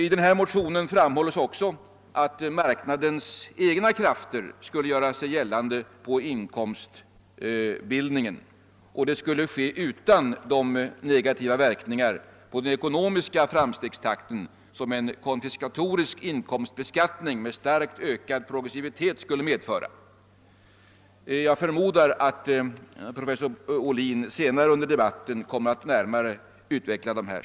I denna motion framhålls också att marknadens egna krafter skulle göra sig gällande på inkomstbildningen och att det skulle ske utan de negativa verkningar i fråga om den ekonomiska framstegstakten som en konfiskatorisk inkomstbeskattning med stark progressivitet skulle medföra. Jag förmodar att professor Ohlin senare under debatten kommer att närmare utveckla detta.